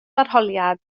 arholiad